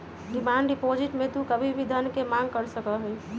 demand deposit में तू कभी भी धन के मांग कर सका हीं